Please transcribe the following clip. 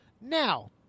Now